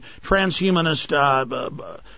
transhumanist